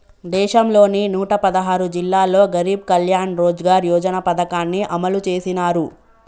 దేశంలోని నూట పదహారు జిల్లాల్లో గరీబ్ కళ్యాణ్ రోజ్గార్ యోజన పథకాన్ని అమలు చేసినారు